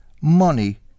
money